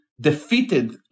defeated